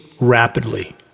rapidly